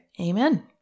Amen